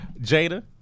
Jada